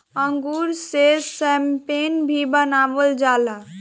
अंगूर से शैम्पेन भी बनावल जाला